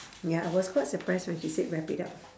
ya I was quite surprised when she said wrap it up